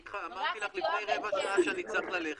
אני אמרתי לך לפני רבע שעה שאני צריך ללכת